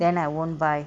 then I won't buy